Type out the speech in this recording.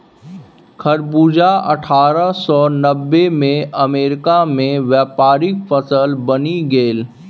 खरबूजा अट्ठारह सौ नब्बेमे अमेरिकामे व्यापारिक फसल बनि गेल